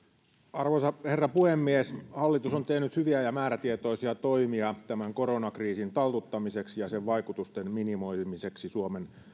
arvoisa herra puhemies hallitus on tehnyt hyviä ja määrätietoisia toimia tämän koronakriisin taltuttamiseksi ja sen vaikutusten minimoimiseksi suomen